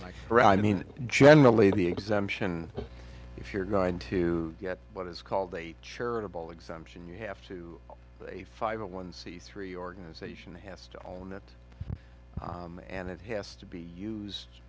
or i mean generally the exemption if you're going to get what is called a charitable exemption you have to pay five a one c three organization has to own it and it has to be used